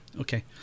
Okay